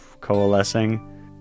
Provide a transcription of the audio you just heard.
coalescing